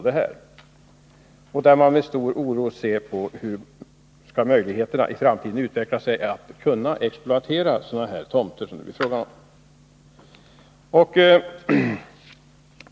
I Uppsala oroar man sig mycket över de framtida möjligheterna att exploatera sådana tomter som det här är fråga om.